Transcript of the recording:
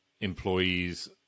employees